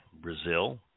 Brazil